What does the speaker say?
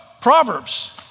Proverbs